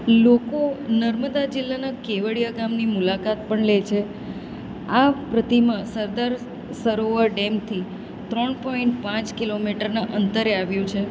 લોકો નર્મદા જિલ્લાના કેવડિયા ગામની મુલાકાત પણ લે છે આ પ્રતિમા સરદાર સરોવર ડેમથી ત્રણ પોઈન્ટ પાંચ કિલોમીટરના અંતરે આવ્યું છે